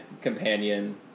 companion